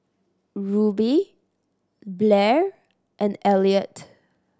Rube Blair and Elliott